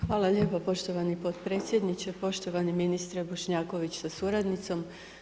Hvala lijepo poštovani potpredsjedniče, poštovani ministre Bošnjaković sa suradnicom.